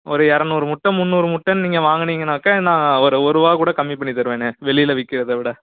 ஒரு இரநூறு முட்டை முந்நூறு முட்டைன்னு நீங்கள் வாங்குனீங்கனாக்க நான் ஒரு ஒருரூவா கூட கம்மி பண்ணி தருவேண்ணே வெளியில் விக்கறதை விட